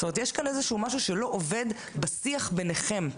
יש כאן איזשהו משהו שלא עובד בשיח ביניכם.